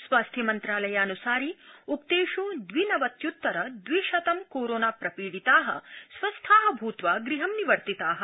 स्वास्थ्य मन्त्रालयानुसारि उक्तेष् दवि नवत्युत्तर दवि शतं कोरोना प्रपीडिताः स्वस्था भूत्वा गृहं निवर्तिता